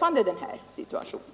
av den här situationen.